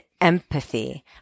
empathy